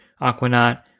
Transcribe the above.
Aquanaut